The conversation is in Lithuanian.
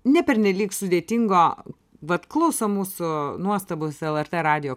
ne pernelyg sudėtingo vat klauso mūsų nuostabūs lrt radijo